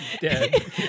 Dead